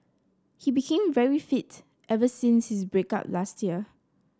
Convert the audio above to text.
he became very fit ever since his break up last year